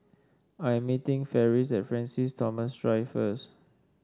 I'm meeting Ferris at Francis Thomas Drive first